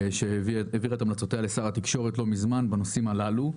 שהעבירה את המלצותיה לשר התקשורת לא מזמן בנושאים הללו.